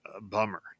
bummer